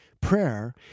Prayer